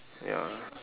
ya